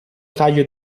taglio